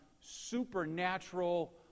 supernatural